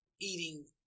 eating